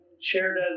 shared